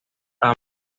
ambos